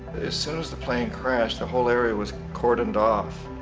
as soon as the plane crashed the whole area was cordoned off.